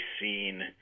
seen